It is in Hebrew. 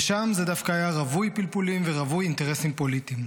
ושם זה דווקא היה רווי פלפולים ורווי אינטרסים פוליטיים.